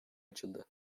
açıldı